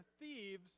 thieves